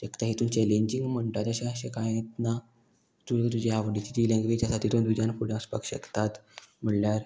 एक तर हितून चॅलेंजींग म्हणटा तशें अशें कांय ना तूं तुजी आवडीची जी लँग्वेज आसा तितून तुज्यान फुडें वचपाक शकतात म्हणल्यार